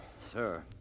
Sir